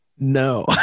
No